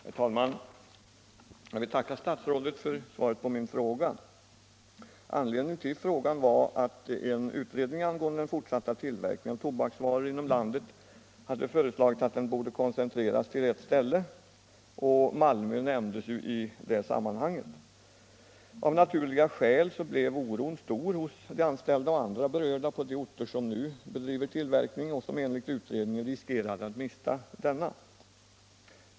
Herr talman! Jag vill tacka statsrådet för svaret på min fråga. Anledningen till frågan var att en utredning angående den fortsatta tillverkningen av tobaksvaror inom landet föreslagit att denna tillverkning borde koncentreras till ett ställe, och Malmö nämndes i det sammanhanget. Av naturliga skäl blev oron stor hos de anställda och andra berörda på de orter där man nu bedriver tillverkning och som enligt utredningen riskerade att mista denna.